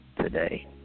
today